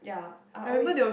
yeah I always